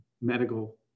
medical